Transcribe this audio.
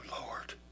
Lord